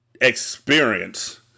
experience